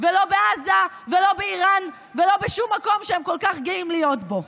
ולא בעזה ולא באיראן ולא בשום מקום שהם כל כך גאים להיות בו.